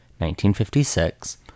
1956